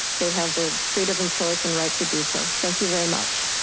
they have their freedom and choice and right to do so. thank you very much.